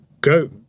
Go